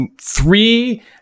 three